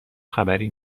خبری